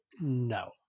no